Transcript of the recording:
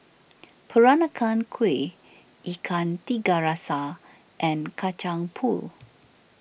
Peranakan Kueh Ikan Tiga Rasa and Kacang Pool